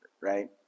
right